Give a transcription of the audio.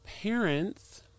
parents